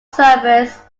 servers